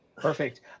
Perfect